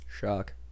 Shock